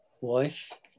wife